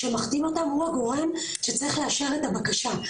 שמחתים אותם הוא הגורם שצריך לאשר את הבקשה.